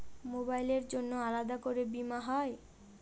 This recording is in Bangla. মোবাইলের জন্য আলাদা করে বীমা হয়?